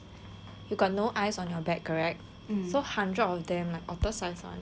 you got no eyes on your back correct so hundreds of them like otter size [one]